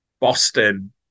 Boston